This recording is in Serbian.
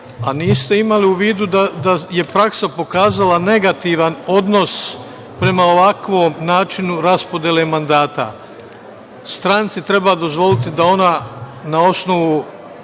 a niste imali u vidu da je praksa pokazala negativan odnos prema ovakvom načinu raspodele mandata. Stranci treba dozvoliti da ona na osnovu